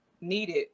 needed